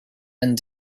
and